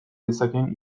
dezakeen